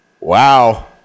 wow